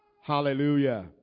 Hallelujah